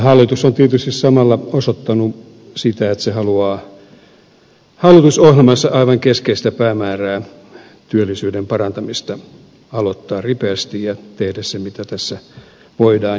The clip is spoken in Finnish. hallitus on tietysti samalla osoittanut sitä että se haluaa hallitusohjelmansa aivan keskeistä päämäärää työllisyyden parantamista aloittaa ripeästi ja tehdä sen mitä tässä voidaan